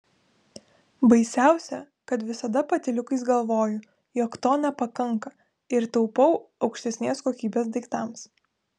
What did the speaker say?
baisiausia kad visada patyliukais galvoju jog to nepakanka ir taupau aukštesnės kokybės daiktams